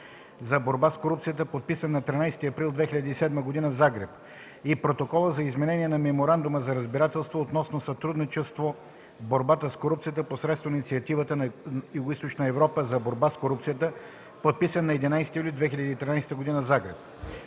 за борба с корупцията, подписан на 13 април 2007 г. в Загреб, и на Протокола за изменение на Меморандума за разбирателство относно сътрудничество в борбата с корупцията посредством Инициативата на Югоизточна Европа за борба с корупцията, подписан на 11 юли 2013 г. в Загреб.